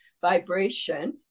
vibration